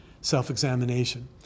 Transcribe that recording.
self-examination